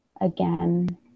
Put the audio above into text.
again